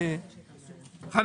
בבקשה.